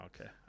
okay